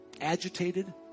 Agitated